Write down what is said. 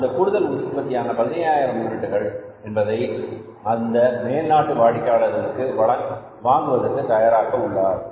அந்த கூடுதல் உற்பத்தியான 15000 யூனிட்டுகள் என்பதை அந்த மேல்நாட்டு வாடிக்கையாளர் வாங்குவதற்கு தயாராக உள்ளார்